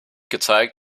gezeigt